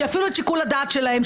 שיפעילו את שיקול הדעת שלהם,